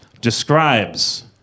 describes